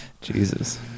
Jesus